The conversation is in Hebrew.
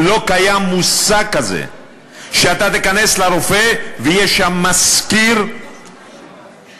לא קיים מושג כזה שאתה תיכנס לרופא ויש שם מזכיר רפואי.